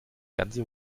ganze